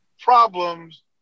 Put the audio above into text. problems